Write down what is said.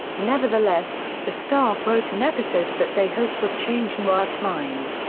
nevertheless, the staff wrote an episode that they hoped would change newhart's mind.